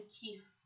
Keith